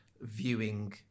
viewing